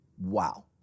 Wow